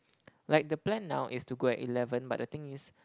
like the plan now is to go at eleven but the thing is